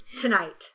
tonight